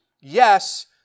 Yes